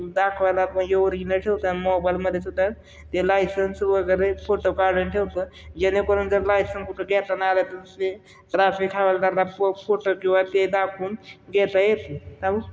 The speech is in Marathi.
दाखवायला पाहिजे ओरिजनल ठेवतात मोबाईलमध्येसुद्धा ते लायसंस वगैरे फोटो काढून ठेवतं जेणेकरून जर लायसन्स कुठं घेता न आलं तर ते ट्राफिक हवालदारला प फोटो किंवा ते दाखवून घेता येते